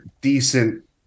decent